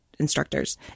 Instructors